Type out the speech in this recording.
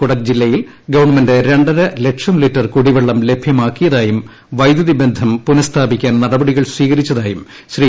കൊടക് ജില്ലയിൽ ഗവൺമെന്റ് രണ്ടരലക്ഷം ലിറ്റർ കുടിവെള്ളം ലഭൃമാക്കിയതായും വൈദ്യുതി ബന്ധം പുനസ്ഥാപിക്കാൻ നടപടികൾ സ്വീകരിച്ചതായും ശ്രീ